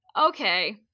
okay